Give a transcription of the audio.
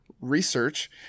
research